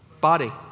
body